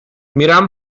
میرم